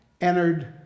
entered